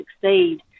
succeed